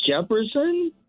Jefferson